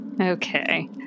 Okay